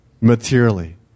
materially